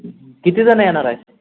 किती जण येणार आहे